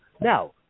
Now